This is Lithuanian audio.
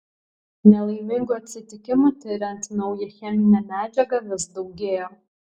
nelaimingų atsitikimų tiriant naują cheminę medžiagą vis daugėjo